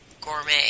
gourmet